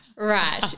Right